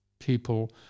people